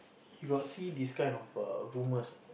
you got see this kind of err rumors